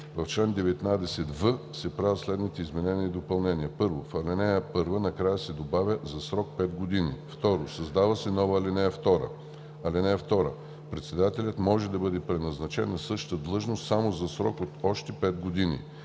В чл. 19в се правят следните изменения и допълнения: 1. В ал. 1 накрая се добавя „за срок 5 години“. 2. Създава се нова ал. 2: „(2) Председателят може да бъде преназначен на същата длъжност само за срок от още 5 години.“